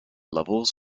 levels